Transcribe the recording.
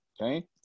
Okay